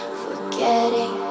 forgetting